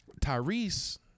Tyrese